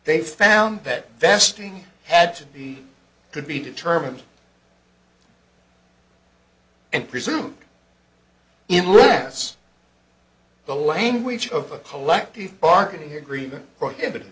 they found that vesting had to be could be determined and pursued in less the language of a collective bargaining agreement prohibited